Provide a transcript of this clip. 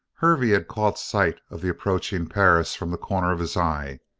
hervey had caught sight of the approaching perris from the corner of his eye.